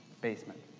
basement